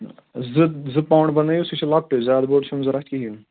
زٕ زٕ پاوُنٛڈ بَنٲیِو سُہ چھُ لۄکٹٕے زیادٕ بوٚڈ چھُنہٕ ضوٚرَتھ کِہیٖنۍ